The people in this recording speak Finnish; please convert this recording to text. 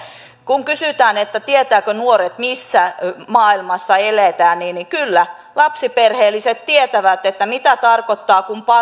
kun kysytään tietävätkö nuoret missä maailmassa eletään niin niin kyllä lapsiperheelliset tietävät mitä tarkoittaa kun